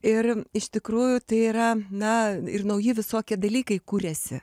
ir iš tikrųjų tai yra na ir nauji visokie dalykai kuriasi